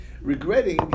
Regretting